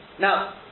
now